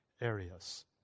areas